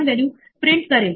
हा कोड कार्यान्वित होईल